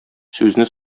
сүзне